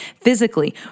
Physically